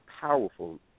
powerful